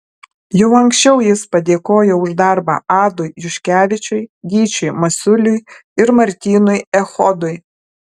jau anksčiau jis padėkojo už darbą adui juškevičiui gyčiui masiuliui ir martynui echodui